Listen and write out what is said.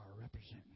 representing